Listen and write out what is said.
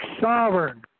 sovereign